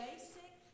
basic